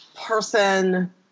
person